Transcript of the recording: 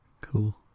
Cool